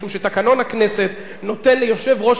משום שתקנון הכנסת נותן ליושב-ראש